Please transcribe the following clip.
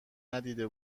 ندیده